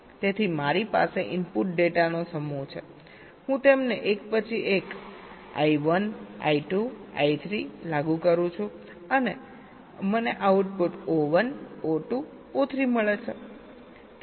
તેથી મારી પાસે ઇનપુટ ડેટાનો સમૂહ છે હું તેમને એક પછી એક I1 I2 I3 લાગુ કરું છું અને મને આઉટપુટ O1 O2 O3 મળે છે